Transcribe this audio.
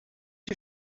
you